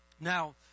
Now